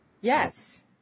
Yes